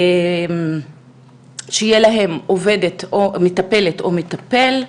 שיהיה להם מטפלת או מטפל,